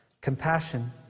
Compassion